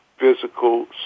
physical